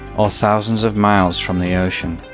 or thousands of miles from the ocean.